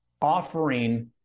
offering